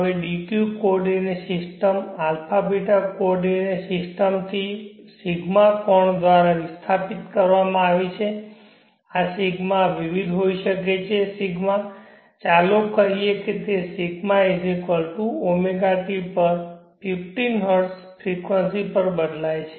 હવે dq coordinate system α ß coordinate સિસ્ટમથી ρ કોણ દ્વારા વિસ્થાપિત કરવામાં આવી છે આ ρ વિવિધ હોઈ શકે છે ρ ચાલો કહીએ કે તે ρ ωt પર 50 હર્ટ્ઝ ફ્રેકવંસી પર બદલાય છે